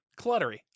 cluttery